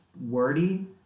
wordy